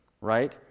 right